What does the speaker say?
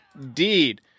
indeed